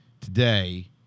today